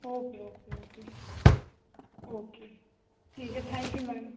okay okay okay okay ठीक है thank you ma'am